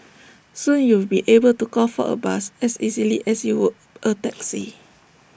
soon you'll be able to call for A bus as easily as you would A taxi